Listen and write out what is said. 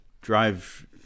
drive